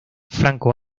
franco